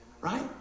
Right